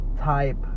type